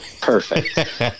Perfect